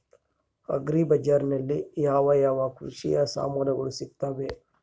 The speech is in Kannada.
ಅಗ್ರಿ ಬಜಾರಿನಲ್ಲಿ ಯಾವ ಯಾವ ಕೃಷಿಯ ಸಾಮಾನುಗಳು ಸಿಗುತ್ತವೆ?